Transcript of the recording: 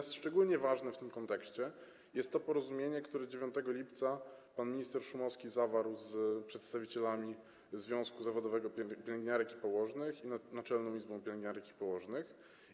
Szczególnie ważne w tym kontekście jest to porozumienie, które 9 lipca pan minister Szumowski zawarł z przedstawicielami związku zawodowego pielęgniarek i położnych oraz Naczelną Izbą Pielęgniarek i Położnych.